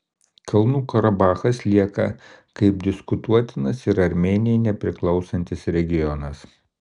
kalnų karabachas lieka kaip diskutuotinas ir armėnijai nepriklausantis regionas